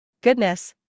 Goodness